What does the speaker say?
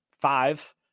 five